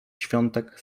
świątek